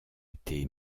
été